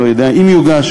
אני לא יודע אם יוגש.